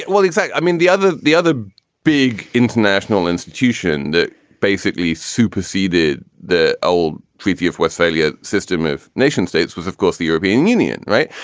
and well, it's like i mean, the other the other big international institution that basically superseded the old preview of what's fairly a system of nation states was, of course, the european union. right.